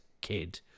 kid